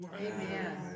Amen